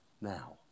now